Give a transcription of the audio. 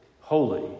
holy